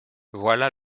voilà